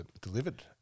delivered